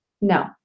no